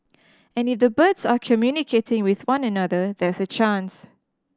and if the birds are communicating with one another there's a chance